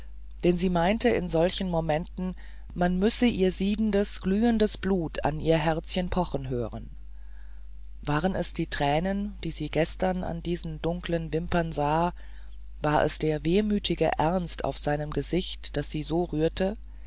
denn sie meinte in solchen momenten man müsse ihr siedendes glühendes blut an ihr herzchen pochen hören waren es die tränen die sie gestern in diesen dunklen wimpern sah war es der wehmütige ernst auf seinem gesicht was sie so rührte